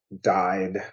died